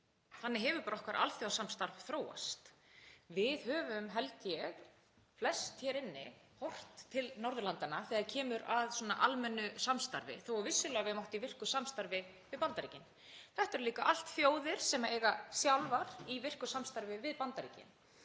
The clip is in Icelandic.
Þannig hefur okkar alþjóðasamstarf þróast. Við höfum, held ég, flest hér inni horft til Norðurlandanna þegar kemur að svona almennu samstarfi þótt við höfum vissulega átt í virku samstarfi við Bandaríkin. Þetta eru líka allt þjóðir sem eiga sjálfar í virku samstarfi við Bandaríkin.